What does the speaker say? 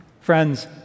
Friends